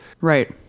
Right